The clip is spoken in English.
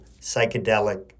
psychedelic